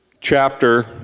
chapter